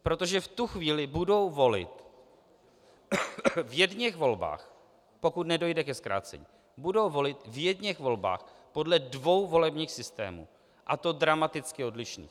Protože v tu chvíli budou volit v jedněch volbách, pokud nedojde ke zkrácení, v jedněch volbách podle dvou volebních systémů, a to dramaticky odlišných.